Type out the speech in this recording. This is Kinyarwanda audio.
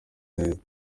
neza